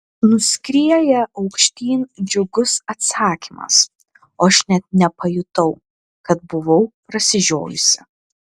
nuskrieja aukštyn džiugus atsakymas o aš net nepajutau kad buvau prasižiojusi